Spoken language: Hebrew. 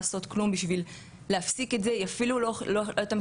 סוף סוף יש משהו שמתייחס לכל העולם הזה.